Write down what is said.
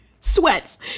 Sweats